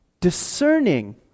discerning